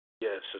Yes